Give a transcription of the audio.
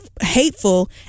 hateful